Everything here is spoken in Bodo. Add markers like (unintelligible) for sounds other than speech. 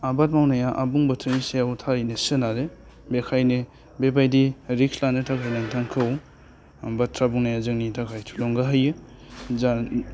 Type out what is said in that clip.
आबाद मावनाया आबुं बोथोरनि सायाव थारैनो सोनारो बेखायनो बेबायदि रिस्क लानो थाखाय नोंथांखौ आं बाथ्रा बुंनाया जोंनि थाखाय थुलुंगा होयो (unintelligible)